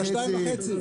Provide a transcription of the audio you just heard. על ה-2.5,